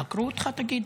חקרו אותך, תגיד?